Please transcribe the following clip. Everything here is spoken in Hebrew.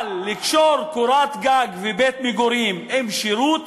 אבל לקשור קורת גג ובית-מגורים עם שירות,